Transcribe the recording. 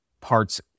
parts